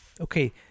okay